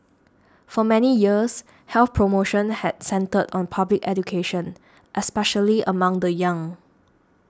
for many years health promotion had centred on public education especially among the young